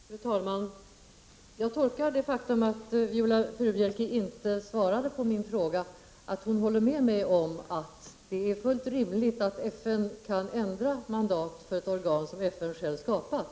Fru talman! Jag tolkar det faktum att Viola Furubjelke inte svarade på min fråga så, att hon håller med mig om att det är fullt rimligt att FN kan ändra mandatet för ett organ som FN självt skapat.